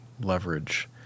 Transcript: leverage